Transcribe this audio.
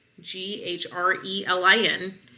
G-H-R-E-L-I-N